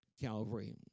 Calvary